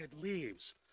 leaves